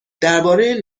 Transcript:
درباره